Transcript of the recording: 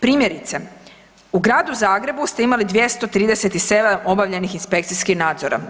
Primjerice, u Gradu Zagrebu ste imali 237 obavljenih inspekcijskih nadzora.